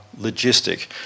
logistic